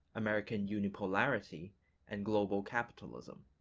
american unipolarity and global capitalism.